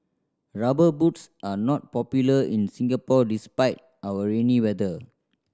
Rubber Boots are not popular in Singapore despite our rainy weather